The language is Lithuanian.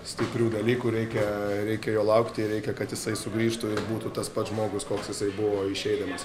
stiprių dalykų reikia reikia jo laukti reikia kad jisai sugrįžtų ir būtų tas pats žmogus koks jisai buvo išeidamas